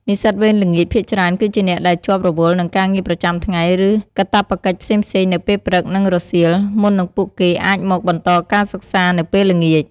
និស្សិតវេនល្ងាចភាគច្រើនគឺជាអ្នកដែលជាប់រវល់នឹងការងារប្រចាំថ្ងៃ ឬកាតព្វកិច្ចផ្សេងៗនៅពេលព្រឹក និងរសៀល មុននឹងពួកគេអាចមកបន្តការសិក្សានៅពេលល្ងាច។